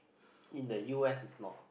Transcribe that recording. in the u_s is not